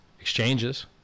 Exchanges